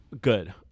good